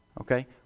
Okay